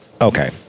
Okay